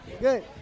Good